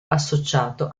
associato